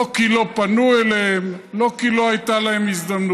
לא כי לא פנו אליהם, לא כי לא הייתה להם הזדמנות,